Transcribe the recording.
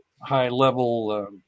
high-level